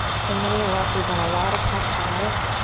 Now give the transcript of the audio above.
so many of us, we've done a lot of cat-cows.